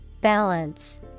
Balance